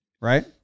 right